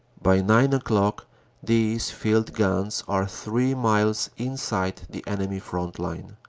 by nine o'clock these field-guns are three miles inside the enemy front line.